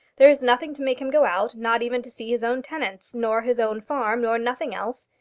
there is nothing to make him go out, not even to see his own tenants, nor his own farm, nor nothing else.